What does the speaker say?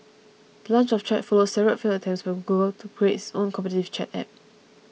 the launch of Chat follows several failed attempts by Google to create its own competitive chat app